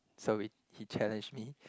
so we he challenge me